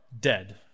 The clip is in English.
dead